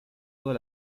todas